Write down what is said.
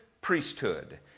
priesthood